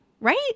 right